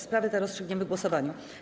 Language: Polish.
Sprawę tę rozstrzygniemy w głosowaniu.